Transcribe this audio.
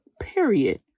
period